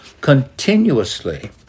continuously